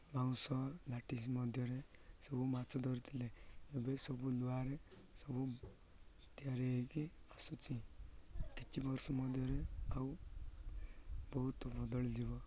ବାଉଁଶ ଲାଟିସି ମଧ୍ୟରେ ସବୁ ମାଛ ଧରୁଥିଲେ ଏବେ ସବୁ ଲୁହାରେ ସବୁ ତିଆରି ହୋଇକି ଆସୁଛି କିଛି ବର୍ଷ ମଧ୍ୟରେ ଆଉ ବହୁତ ବଦଳିଯିବ